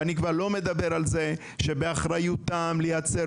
ואני כבר לא מדבר על זה שבאחריותם לייצר